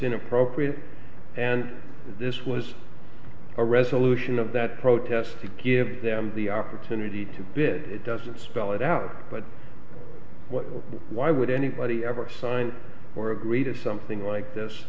inappropriate and this was a resolution of that protest to give them the opportunity to bid it doesn't spell it out but why would anybody ever sign or agree to something like this